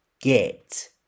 get